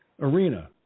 arena